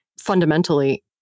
fundamentally